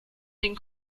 den